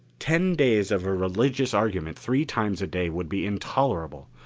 ten days of a religious argument three times a day would be intolerable.